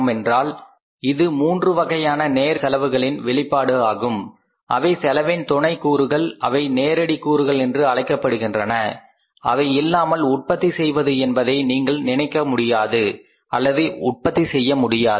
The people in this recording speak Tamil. ஏனென்றால் இது மூன்று வகையான நேரடி செலவுகளின் வெளிப்பாடு ஆகும் அவை செலவின் துணை கூறுகள் அவை நேரடி கூறுகள் என்று அழைக்கப்படுகின்றன அவை இல்லாமல் உற்பத்தி செய்வது என்பதை நீங்கள் நினைக்க முடியாது அல்லது உற்பத்தி செய்ய முடியாது